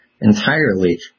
entirely